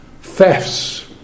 thefts